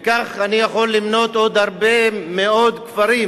וכך אני יכול למנות עוד הרבה מאוד כפרים